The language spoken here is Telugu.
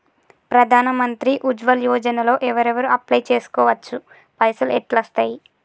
ప్రధాన మంత్రి ఉజ్వల్ యోజన లో ఎవరెవరు అప్లయ్ చేస్కోవచ్చు? పైసల్ ఎట్లస్తయి?